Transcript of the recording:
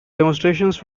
demonstrations